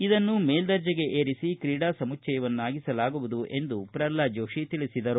ಇದನ್ನು ಮೇಲ್ದರ್ಣಿಗೆ ಏರಿಸಿ ಕ್ರೀಡಾ ಸಮುಚ್ಚಯವನ್ನಾಗಿಸಲಾಗುವುದು ಎಂದು ಅವರು ಹೇಳಿದರು